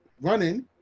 running